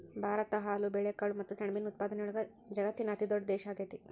ಭಾರತ ಹಾಲು, ಬೇಳೆಕಾಳು ಮತ್ತ ಸೆಣಬಿನ ಉತ್ಪಾದನೆಯೊಳಗ ವಜಗತ್ತಿನ ಅತಿದೊಡ್ಡ ದೇಶ ಆಗೇತಿ